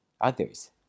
others